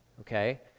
okay